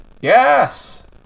Yes